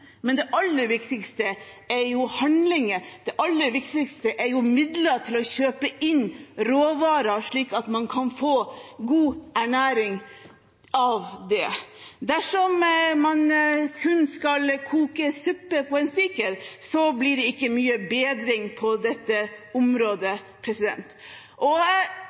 Men det aller viktigste er handlinger – det aller viktigste er midler til å kjøpe inn råvarer, slik at man kan få god ernæring av det. Dersom man kun skal koke suppe på en spiker, blir det ikke mye bedring på dette området.